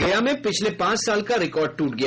गया में पिछले पांच साल का रिकॉर्ड ट्रट गया